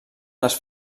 les